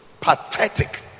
Pathetic